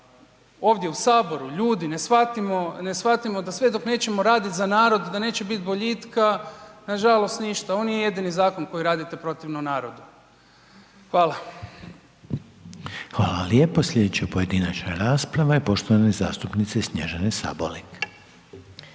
ovdje u HS ljudi ne shvatimo da sve dok nećemo radit za narod da neće bit boljitka nažalost ništa, on nije jedini zakon koji radite protivno narodu. Hvala. **Reiner, Željko (HDZ)** Hvala lijepo. Slijedeća pojedinačna rasprava je poštovane zastupnice Snježane Sabolek.